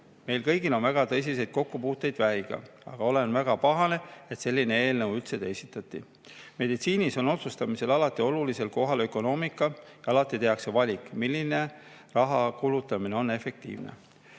Meil kõigil on väga tõsiseid kokkupuuteid vähiga, aga olen väga pahane, et selline eelnõu üldse esitati. Meditsiinis on otsustamisel alati olulisel kohal ökonoomika ja alati tehakse valik, milline rahakulutamine on efektiivne.